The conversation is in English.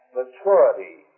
maturity